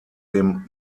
dem